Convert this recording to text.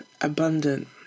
abundant